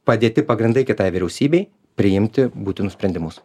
padėti pagrindai kitai vyriausybei priimti būtinus sprendimus